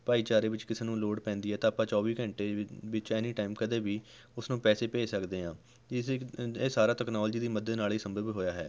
ਭਾਈਚਾਰੇ ਵਿੱਚ ਕਿਸੇ ਨੂੰ ਲੋੜ ਪੈਂਦੀ ਹੈ ਤਾਂ ਆਪਾਂ ਚੌਵੀ ਘੰਟੇ ਵ ਵਿੱਚ ਐਨੀ ਟਾਈਮ ਕਦੇ ਵੀ ਉਸਨੂੰ ਪੈਸੇ ਭੇਜ ਸਕਦੇ ਹਾਂ ਇਸ ਇਹ ਸਾਰਾ ਤੈਕਨੋਲਜੀ ਦੀ ਮਦਦ ਨਾਲ ਹੀ ਸੰਭਵ ਹੋਇਆ ਹੈ